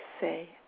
say